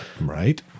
Right